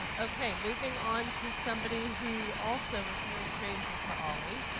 and okay, moving on to somebody who also is no stranger to olli.